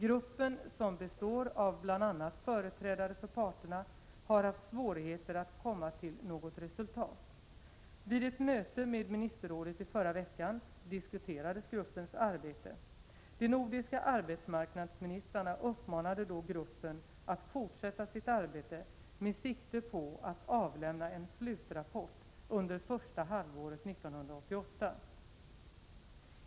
Gruppen, som består av bl.a. företrädare för 16 november 1987 parterna, har haft svårigheter att komma till något resultat. dä RR ba SKE Vid ett möte med Ministerrådet i förra veckan diskuterades gruppens arbete. De nordiska arbetsmarknadsministrarna uppmanade då gruppen att fortsätta sitt arbete med sikte på att avlämna en slutrapport under första halvåret 1988.